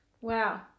Wow